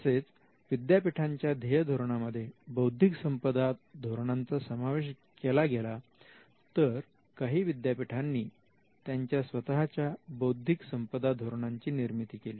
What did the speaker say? तसेच विद्यापीठांच्या ध्येय धोरणांमध्ये बौद्धिक संपदा धोरणांचा समावेश केला गेला तर काही विद्यापीठांनी त्यांच्या स्वतःच्या बौद्धिक संपदा धोरणांची निर्मिती केली